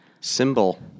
Symbol